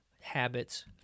habits